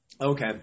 Okay